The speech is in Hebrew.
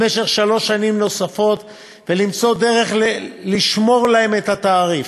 למשך שלוש שנים נוספות ולמצוא דרך לשמור להם את התעריף.